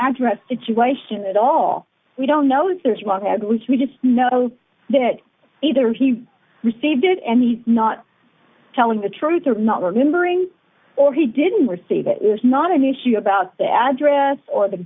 address situation at all we don't know if there's wrong ad which we just know that either he received it any not telling the truth or not remembering or he didn't receive it was not an issue about the address or the